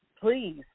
please